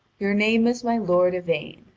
your name is my lord yvain.